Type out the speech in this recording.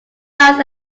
yards